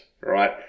right